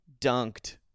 dunked